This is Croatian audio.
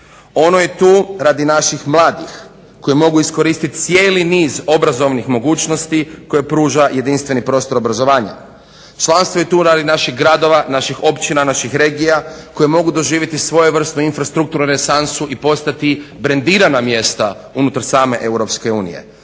Ono je tu radi naših mladih koji mogu iskoristiti cijeli niz obrazovnih mogućnosti koje pruža jedinstveni prostor obrazovanja. Članstvo je tu radi naših gradova, naših općina, naših regija koje mogu doživjeti svojevrsnu infrastrukturnu renesansu i postati brendirana mjesta unutar same EU. Dakle, ono je